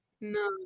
No